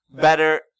better